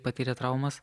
patyrė traumas